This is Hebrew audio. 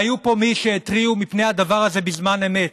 והיו פה מי שהתריעו על הדבר הזה בזמן אמת,